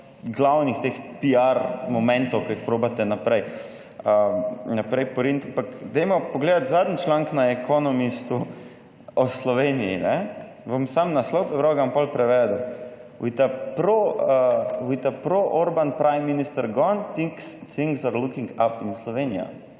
glavnih, teh piar momentov, ki jih probate naprej poriniti, ampak dajmo pogledati zadnji članek na Economistu o Sloveniji. Bom sam naslov prebral, ga bom pol prevedel: »With a pro-Orban prime minister gone, things are looking up in Slovenia.«